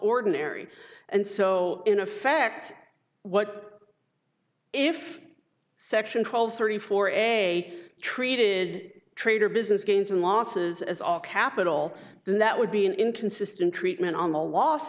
ordinary and so in effect what if section twelve thirty for a treated trader business gains and losses as all capital then that would be an inconsistent treatment on the loss